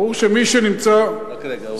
זה ברור שמי שנמצא, רק רגע.